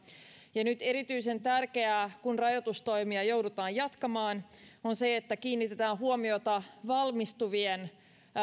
nyt on erityisen tärkeää kun rajoitustoimia joudutaan jatkamaan että kiinnitetään huomiota valmistuvien